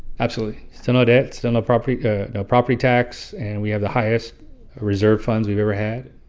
absolutely. still no debt, still no property no property tax and we have the highest reserve funds we've ever had